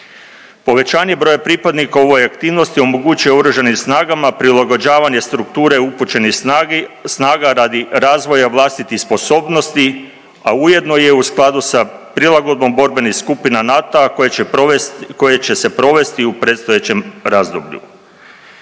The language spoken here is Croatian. Povećanje broja pripadnika u ovoj aktivnosti omogućuje Oružanim snagama prilagođavanje strukture upućenih snaga radi razvoja vlastitih sposobnosti, a ujedno je u skladu sa prilagodbom borbenih skupina NATO-a koje će se provesti u predstojećem razdoblju.